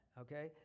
Okay